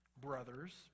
Brothers